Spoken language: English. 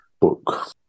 book